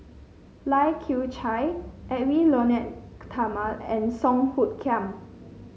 Lai Kew Chai Edwy Lyonet Talma and Song Hoot Kiam